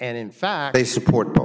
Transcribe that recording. and in fact they support